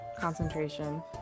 concentration